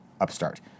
Upstart